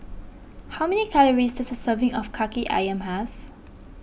how many calories does a serving of Kaki Ayam have